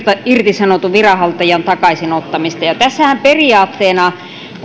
irtisanotun viranhaltijan takaisin ottamista tässähän periaatteena